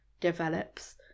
develops